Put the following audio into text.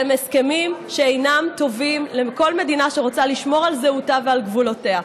שהם הסכמים שאינם טובים לכל מדינה שרוצה לשמור על זהותה ועל גבולותיה.